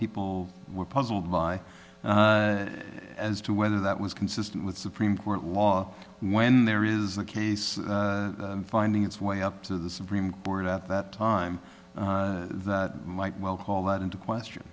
people were puzzled as to whether that was consistent with supreme court law when there is a case finding its way up to the supreme court at that time might well call that into question